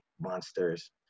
monsters